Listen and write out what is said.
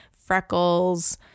freckles